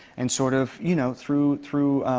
and sort of, you know, through through